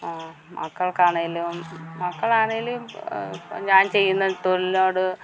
മക്കൾക്ക് സ്സ്ണെങ്കിലും മക്കൾ ആണെങ്കിലും ഞാൻ ചെയ്യുന്ന തൊഴിലിനോട്